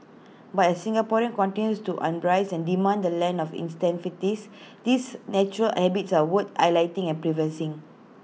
but as Singaporean continues to on brace and demand the land of these natural habits are worth highlighting and pre verse in